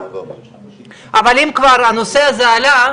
אז אמרנו שיש הבדל מהותי,